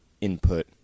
input